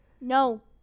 No